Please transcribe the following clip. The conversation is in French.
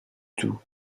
tout